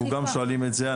גם אנחנו שואלים את זה.